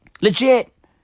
Legit